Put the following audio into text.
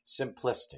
simplistic